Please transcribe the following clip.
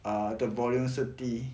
the volume 是低